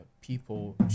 People